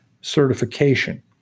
certification